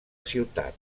ciutat